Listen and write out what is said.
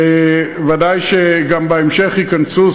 וודאי שגם בהמשך ייכנסו.